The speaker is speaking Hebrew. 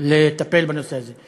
לטפל בנושא הזה.